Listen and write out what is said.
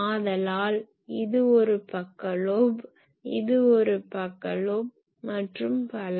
ஆதலால் இது ஒரு பக்க லோப் இது ஒரு பக்க லோப் மற்றும் பல